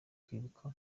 kwibuka